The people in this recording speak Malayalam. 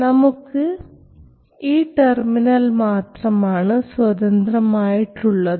നമുക്ക് ഈ ടെർമിനൽ മാത്രമാണ് സ്വതന്ത്രമായിട്ടുള്ളത്